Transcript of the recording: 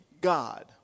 God